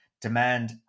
demand